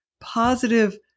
positive